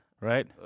Right